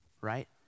right